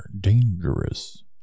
dangerous